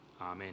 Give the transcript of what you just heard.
Amen